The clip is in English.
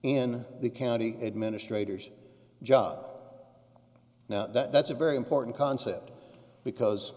in the county administrators job now that's a very important concept because